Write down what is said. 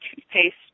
toothpaste